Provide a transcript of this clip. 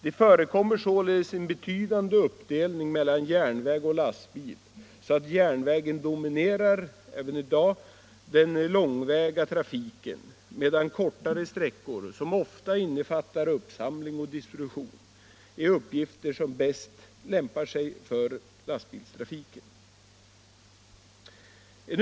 Det förekommer således en betydande uppdelning mellan järnväg och lastbil så att järnvägen även i dag dominerar på den långväga trafiken, medan transporter över kortare sträckor, som ofta innefattar uppsamling och distribution, är uppgifter som bäst lämpar sig för lastbilstrafik.